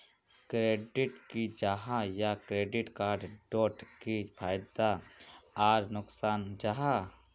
Credit की जाहा या क्रेडिट कार्ड डोट की फायदा आर नुकसान जाहा?